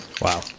Wow